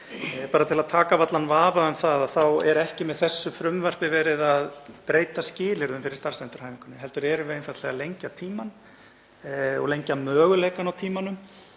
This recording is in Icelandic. Bara til að taka af allan vafa um það þá er ekki með þessu frumvarpi verið að breyta skilyrðum fyrir starfsendurhæfingunni heldur erum við einfaldlega að lengja tímann og lengja möguleikana á tímanum.